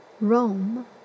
Rome